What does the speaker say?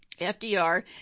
FDR